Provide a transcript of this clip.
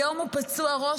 היום הוא פצוע ראש,